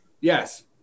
Yes